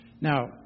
Now